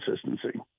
consistency